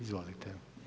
Izvolite.